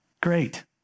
Great